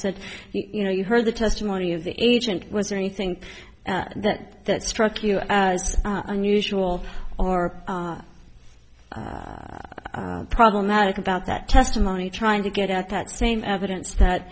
said you know you heard the testimony of the agent was there anything that that struck you as unusual or problematic about that testimony trying to get at that same evidence that